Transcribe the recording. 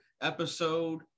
episode